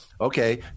Okay